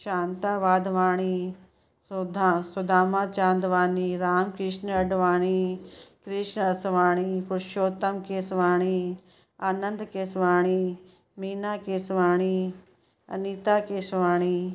Shanta Wadhwani Sodha Sudhama Chandwani Ram Kishan Advani Krish Aswani Purshottam Keswani Anand Keswani Meena Keswani Anita Keswani